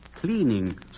Cleaning